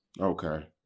Okay